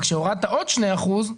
וכשהורדת עוד שני אחוזים,